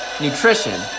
nutrition